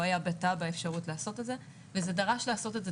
לא הייתה בתב"ע אפשרות לעשות את זה ונדרש לעשות את זה